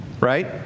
right